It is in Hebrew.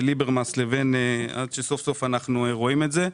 ליברמן עד שסוף סוף אנחנו רואים את זה.